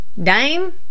Dame